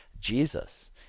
Jesus